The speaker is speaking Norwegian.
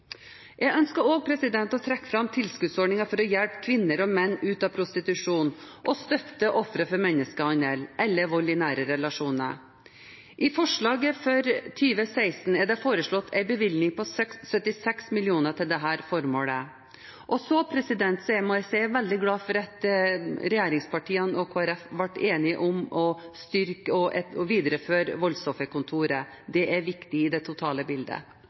Jeg ønsker også å trekke fram tilskuddsordningen for å hjelpe kvinner og menn ut av prostitusjon og støtte ofre for menneskehandel eller vold i nære relasjoner. I forslaget for 2016 er det foreslått en bevilgning på 76 mill. kr til dette formålet. Så må jeg si at jeg er veldig glad for at regjeringspartiene og Kristelig Folkeparti ble enige om å styrke og videreføre voldsofferkontoret. Det er viktig i det totale bildet.